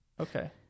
Okay